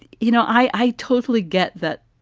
you know, i totally get that.